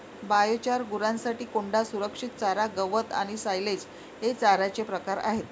biochar, गुरांसाठी कोंडा, संरक्षित चारा, गवत आणि सायलेज हे चाऱ्याचे प्रकार आहेत